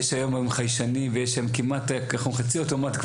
יש היום חיישנים וכמעט חצי אוטומט,